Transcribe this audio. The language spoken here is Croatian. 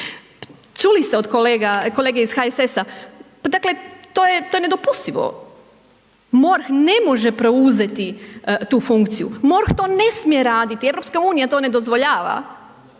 čuli ste od kolega, kolege iz HSS-a, pa dakle to je nedopustivo. MORH ne može preuzeti tu funkciju, MORH to ne smije raditi, EU to ne dozvoljava.